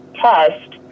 test